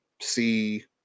see